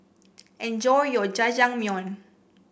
enjoy your Jajangmyeon